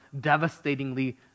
devastatingly